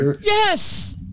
yes